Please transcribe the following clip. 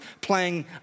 playing